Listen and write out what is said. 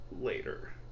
later